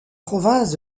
provinces